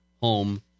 Home